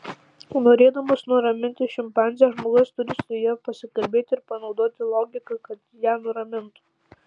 norėdamas nuraminti šimpanzę žmogus turi su ja pasikalbėti ir panaudoti logiką kad ją nuramintų